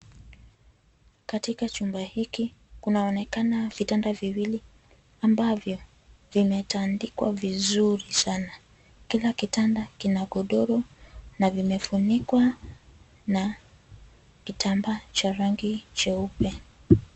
Katika chumba hiki kunaonekana vitanda viwili ambavyo vimetandikwa vizuri sana kila kitanda kina godoro na vimefunikwa na kitambaa cha rangi cheupe.